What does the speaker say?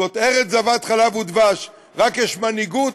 זאת ארץ זבת חלב ודבש, רק יש מנהיגות